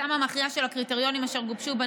סדרנים,